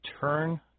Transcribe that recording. turn